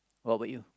what bout you